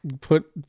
Put